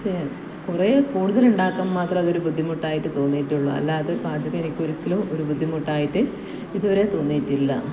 കുറേ കൂടുതലുണ്ടാക്കുമ്പോൾ മാത്രമാണ് അതൊരു ബുദ്ധിമുട്ടായിട്ട് തോന്നിയിട്ടുള്ളൂ അല്ലാതെ പാചകം എനിക്കൊരിക്കലും ഒരു ബുദ്ധിമുട്ടായിട്ട് ഇതുവരെ തോന്നിയിട്ടില്ല